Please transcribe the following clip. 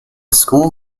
school